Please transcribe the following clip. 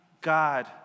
God